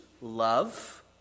love